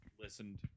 listened